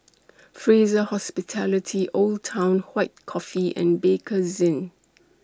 Fraser Hospitality Old Town White Coffee and Bakerzin